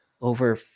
over